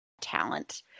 talent